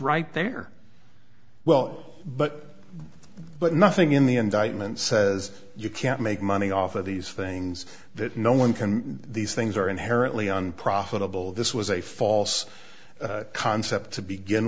right there well but but nothing in the indictment says you can't make money off of these things that no one can these things are inherently unprofitable this was a false concept to begin